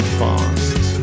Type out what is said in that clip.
fast